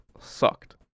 sucked